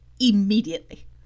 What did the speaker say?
Immediately